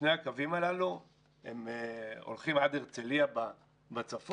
שני הקווים הללו הולכים עד הרצליה בצפון,